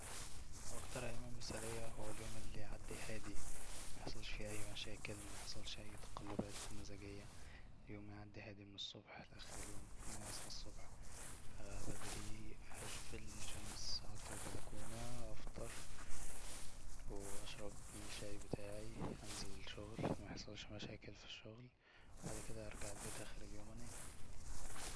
اكتر الايام المثالية هو اليوم اللي يعدي هادي ميحصلش فيه اي مشاكل ميحصلش فيه اي تقلبات مزاجية يوم يعدي هادي من الصبح لحد اخر اليوم اني اصحى الصبح بدري اشوف الشمس اقعد فالبلكونة افطر واشرب الشاي بتاعي انزل الشغل ميحصلش مشاكل في الشغل بعد كده ارجع البيت اخر اليوم انام